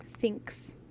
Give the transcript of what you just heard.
thinks